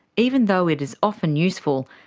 even though it is often useful,